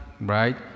right